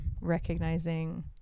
recognizing